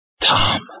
Tom